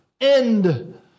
end